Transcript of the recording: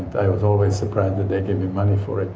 i was always surprised that they gave me money for it.